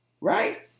right